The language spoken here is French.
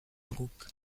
brook